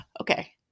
okay